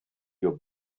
your